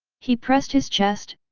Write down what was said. he pressed his chest,